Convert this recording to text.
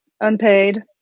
unpaid